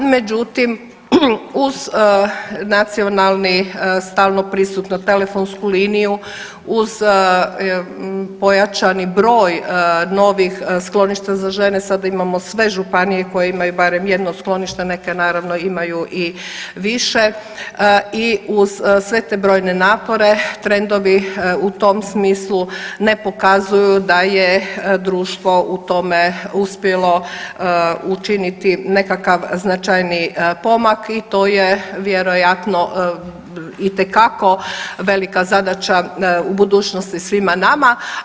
Međutim, uz nacionalni, stalno prisutnu telefonsku liniju, uz pojačani broj novih skloništa za žene, sada imamo sve županije koje imaju barem jedno sklonište, neke naravno imaju i više i uz sve te brojne napore trendovi u tom smislu ne pokazuju da je društvo u tome uspjelo učiniti nekakav značajniji pomak i to je vjerojatno itekako velika zadaća u budućnosti svima nama.